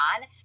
on